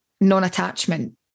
non-attachment